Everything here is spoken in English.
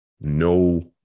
no